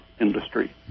industry